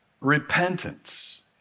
repentance